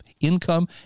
income